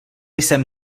jsem